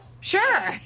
sure